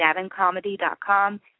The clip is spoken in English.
DavinComedy.com